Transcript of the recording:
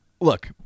Look